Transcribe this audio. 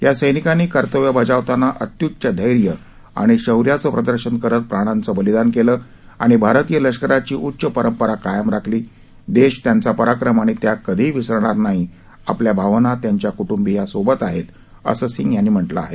या सैनिकांनी कर्तव्य बजावताना अत्यूच्च धैर्य आणि शौर्याचं प्रदर्शन करत प्राणांचं बलिदान केलं आणि भारतीय लष्कराची उच्च परंपरा कायम राखली देश त्यांचा पराक्रम आणि त्याग कधीही विसरणार नाही आपल्या भावना त्यांच्या क्ट्बियांसोबत आहेत असं सिंग यांनी म्हटलं आहे